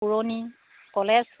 পুৰণি কলেজ